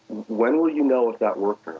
when will you know if that worked